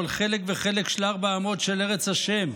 כל חלק וחלק של ארבע האמות של ארץ ה'?